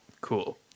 cool